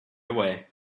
away